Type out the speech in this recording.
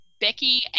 Becky